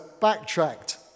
backtracked